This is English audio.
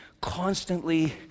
constantly